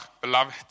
Beloved